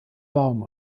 baum